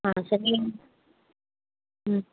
ஆ சரி நீங்கள் ம்